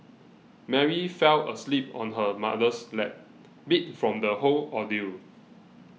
Mary fell asleep on her mother's lap beat from the whole ordeal